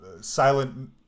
silent